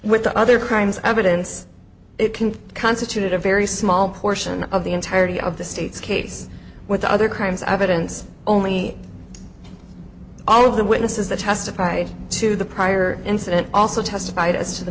with the other crimes evidence it can constitute a very small portion of the entirety of the state's case with other crimes evidence only all of the witnesses that testified to the prior incident also testified as to the